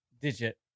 Digit